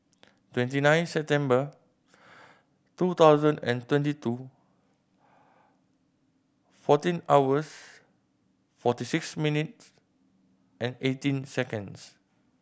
twenty nine September two thousand and twenty two fourteen hours forty six minutes and eighteen seconds